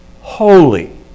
holy